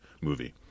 movie